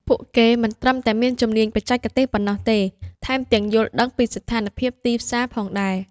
ពួកគេមិនត្រឹមតែមានជំនាញបច្ចេកទេសប៉ុណ្ណោះទេ ថែមទាំងយល់ដឹងពីស្ថានភាពទីផ្សារផងដែរ។